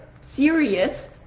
serious